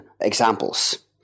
examples